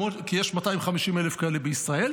כי יש 250,000 כאלה בישראל,